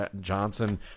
Johnson